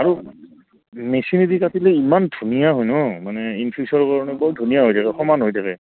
আৰু মেচিনেদি কাটিলে ইমান ধুনীয়া হয় ন মানে ইন ফিউচাৰৰ কাৰণে বহুত ধুনীয়া হৈ থাকে সমান হৈ থাকে